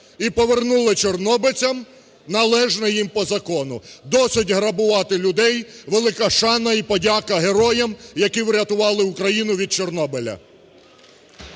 і повернули чорнобильцям належне їм по закону. Досить грабувати людей. Велика шана і подяка героям, які врятували Україну від Чорнобиля.